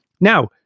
Now